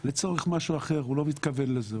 לצורך משהו אחר, הוא לא מתכוון לזה.